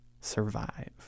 survive